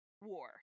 war